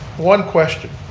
one question.